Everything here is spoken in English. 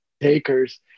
takers